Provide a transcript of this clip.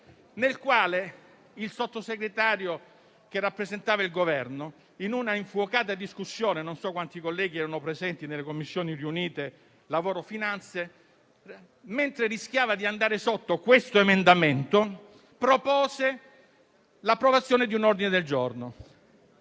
in cui il Sottosegretario che rappresentava il Governo, in una infuocata discussione - non so quanti colleghi erano presenti nelle Commissioni riunite 6a e 11a - mentre rischiava di andare in minoranza su questo emendamento, propose l'approvazione di un ordine del giorno.